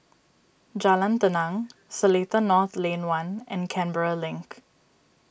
Jalan Tenang Seletar North Lane one and Canberra Link